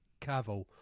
Cavill